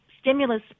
stimulus